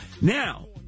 Now